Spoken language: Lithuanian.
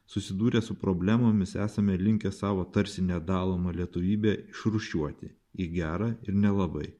susidūrę su problemomis esame linkę savo tarsi nedalomą lietuvybę išrūšiuoti į gerą ir nelabai